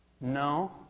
No